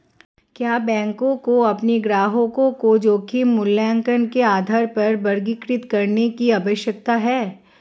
क्या बैंकों को अपने ग्राहकों को जोखिम मूल्यांकन के आधार पर वर्गीकृत करने की आवश्यकता है?